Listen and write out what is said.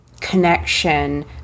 connection